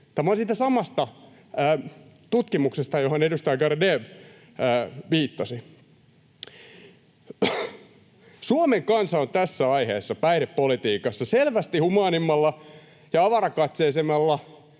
Tämä on siitä samasta tutkimuksesta, johon edustaja Garedew viittasi. Suomen kansa on tässä aiheessa, päihdepolitiikassa, selvästi humaanimmalla ja avarakatseisemmalla